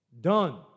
done